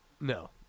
No